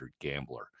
Gambler